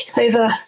over